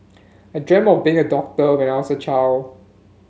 I dreamt of been a doctor when I was a child